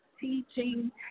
teaching